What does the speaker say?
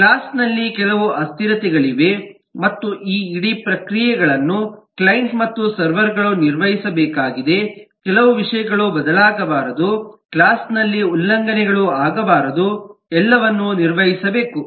class ನಲ್ಲಿ ಕೆಲವು ಅಸ್ಥಿರತೆಗಳಿವೆ ಮತ್ತು ಈ ಇಡೀ ಪ್ರಕ್ರಿಯೆಗಳನ್ನು ಕ್ಲೈಂಟ್ ಮತ್ತು ಸರ್ವರ್ ಗಳು ನಿರ್ವಹಿಸಬೇಕಾಗಿದೆ ಕೆಲವು ವಿಷಯಗಳು ಬದಲಾಗಬಾರದು ಕ್ಲಾಸ್ ನಲ್ಲಿ ಉಲ್ಲಂಘನೆಗಳು ಆಗಬಾರದು ಎಲ್ಲವನ್ನೂ ನಿರ್ವಹಿಸಬೇಕು